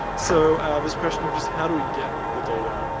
so, this question of just how do we get the data